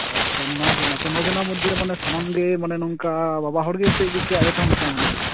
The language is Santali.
ᱟᱪᱪᱷᱟ ᱱᱚ ᱡᱚᱱᱟ ᱛᱚ ᱱᱚ ᱡᱚᱱᱟ ᱢᱚᱫᱽᱫᱷᱮ ᱨᱮ ᱥᱟᱱᱟᱢ ᱜᱮ ᱢᱟᱱᱮ ᱱᱚᱝᱠᱟ ᱵᱟᱵᱟ ᱦᱚᱲ ᱜᱮᱥᱮ ᱠᱤᱪᱷᱩ ᱟᱭᱳ ᱠᱚᱦᱚᱸ ᱢᱮᱥᱟ ᱢᱮᱱᱟᱜ ᱠᱚᱣᱟ